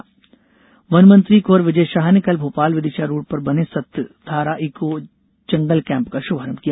जंगल camp वनमंत्री कृंवर विजय शाह ने कल भोपाल विदिशा रोड पर बने सतधारा ईको जंगल केम्प का शुभारंभ किया